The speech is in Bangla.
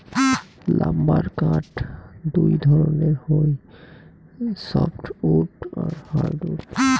লাম্বার কাঠ দুই ধরণের হই সফ্টউড আর হার্ডউড